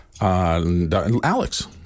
Alex